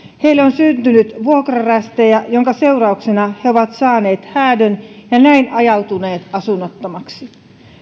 heille on syntynyt vuokrarästejä minkä seurauksena he ovat saaneet häädön ja näin ajautuneet asunnottomaksi